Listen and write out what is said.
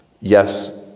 Yes